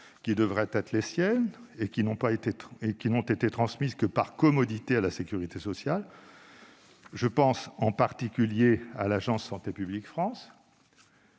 qui devraient être les siennes, et qui n'ont été transmises que par commodité à la sécurité sociale. Je pense, en particulier, à l'agence Santé publique France,